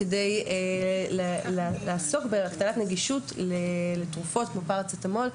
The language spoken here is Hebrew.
כדי לעסוק בהקטנת נגישות לתרופות מסוכנות כמו פרצטמול.